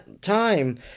time